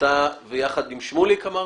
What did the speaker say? ויחד עם שמוליק, אמרתם?